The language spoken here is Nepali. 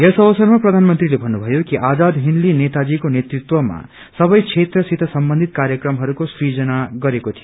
यस अवसरमा प्रधानमन्त्रीले भन्नुभयो कि आजाद हिन्दले नेताजीको नेतृत्वमा सबै क्षेत्रसित सम्बन्धित कार्यक्रमहस्को सुजना गरेको थियो